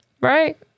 Right